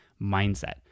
mindset